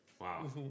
wow